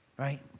Right